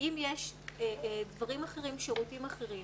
אם יש דברים אחרים, שירותים אחרים.